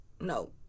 No